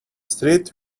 street